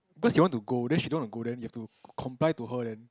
because you want to go then she don't want to go then you have to comply to her then